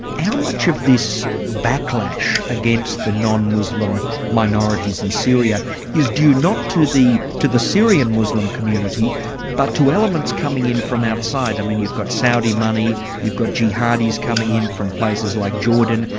how much of this backlash against the non-muslim minorities in syria is due not to the to the syrian muslim community but to elements coming in from outside? i mean, you've got saudi money, you've got jihadis coming in from places like jordan,